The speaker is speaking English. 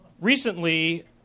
Recently